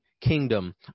kingdom